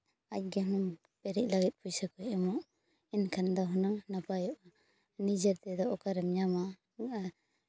ᱟᱡᱜᱮ ᱦᱩᱱᱟᱹᱝ ᱯᱮᱨᱮᱡ ᱞᱟᱹᱜᱤᱫ ᱯᱚᱭᱥᱟ ᱠᱚᱭ ᱮᱢᱚᱜ ᱮᱱᱠᱷᱟᱱ ᱫᱚ ᱦᱩᱱᱟᱹᱝ ᱱᱟᱯᱟᱭᱚᱜᱼᱟ ᱱᱤᱡᱮ ᱛᱮᱫᱚ ᱚᱠᱟ ᱨᱮᱢ ᱧᱟᱢᱟ ᱟᱨ